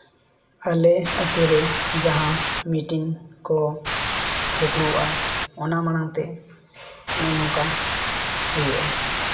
ᱟᱞᱮ ᱟᱛᱳ ᱨᱮ ᱡᱟᱦᱟᱸ ᱢᱤᱴᱤᱝ ᱠᱚ ᱫᱩᱯᱲᱩᱵᱼᱟ ᱚᱱᱟ ᱢᱟᱲᱟᱝ ᱛᱮ ᱱᱚᱜᱼᱚᱸᱭ ᱱᱚᱝᱠᱟ ᱦᱩᱭᱩᱜᱼᱟ